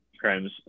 crimes